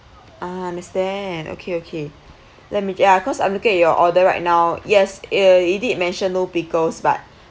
ah understand okay okay let me get ya cause I'm looking at your order right now yes it did mention no pickles but